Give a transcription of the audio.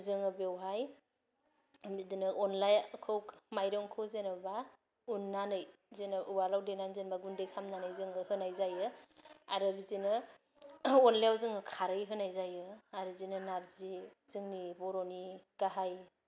जोङो बेवहाय बिदिनो अनलाखौ माइरंखौ जेनेबा उन्नानै जेनेबा उवालाव देनान जेनेबा गुन्दै खालामनानै जोङो होनाय जायो आरो बिदिनो अनलायाव जोङो खारै होनाय जायो आर बिदिनो नार्जि जोंनि बर'नि गाहाय